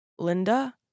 Linda